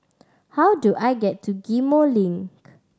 how do I get to Ghim Moh Link